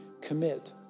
commit